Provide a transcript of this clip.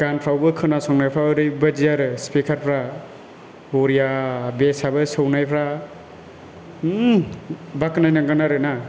गानफ्रावबो खोनासंनायफ्रा ओरैबायदि आरो स्पिकारफ्रा बरिया बेसआबो सौनायफ्रा बाखनायनांगोन आरो ना